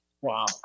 wow